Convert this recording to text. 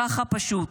ככה פשוט,